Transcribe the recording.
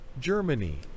Germany